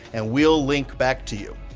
and we'll link back to you.